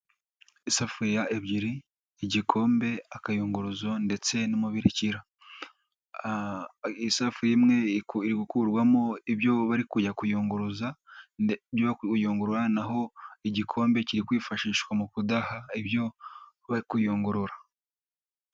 Isafuriya ebyiri, igikombe, akayunguruzo ndetse n'umubirikira. Isafuriya imwe iri gukurwamo ibyo bari kujya kuyungurura, naho igikombe kiri kwifashishwa mu kudaha ibyo kuyungurura.